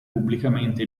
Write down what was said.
pubblicamente